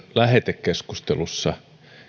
lähetekeskustelussa